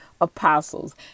apostles